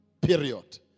Period